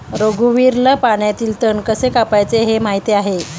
रघुवीरला पाण्यातील तण कसे कापायचे हे माहित आहे